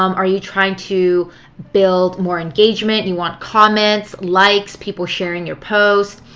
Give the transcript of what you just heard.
um are you trying to build more engagement? you want comments, likes, people sharing your posts?